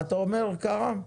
מה אתה אומר, קארה?